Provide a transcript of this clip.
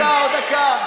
עוד דקה, עוד דקה.